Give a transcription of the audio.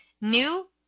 new